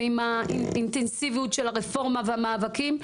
ועם האינטנסיביות של הרפורמה והמאבקים,